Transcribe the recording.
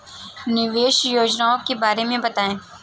निवेश योजनाओं के बारे में बताएँ?